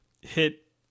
hit